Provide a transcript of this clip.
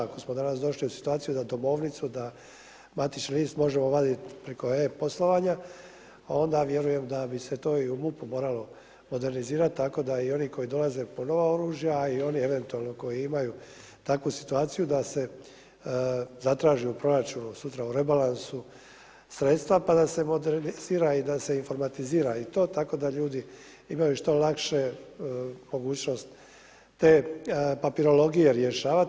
Ako smo danas došli u situaciju da domovnicu, da matični list možemo vaditi preko e-poslovanja, onda vjerujem da bi se to i u MUP-u moralo modernizirati tako da i oni koji dolaze po nova oružja, a i oni eventualno koji imaju takvu situaciju da se zatraži u proračunu, sutra u rebalansu sredstva pa da se modernizira i da se informatizira tako da ljudi imaju što lakše mogućnost te papirologije rješavati.